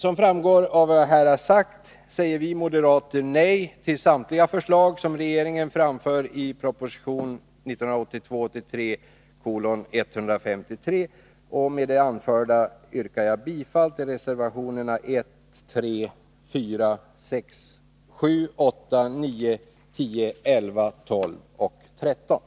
Som framgår av vad jag här har sagt säger vi moderater nej till samtliga förslag som regeringen framfört i proposition 1982/83:153. Med det anförda yrkar jag bifall till reservationerna 1, 3,4, 6 a, 7, 8,9, 10, 11, 12 och 18